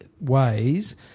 ways